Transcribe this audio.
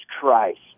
Christ